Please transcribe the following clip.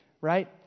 right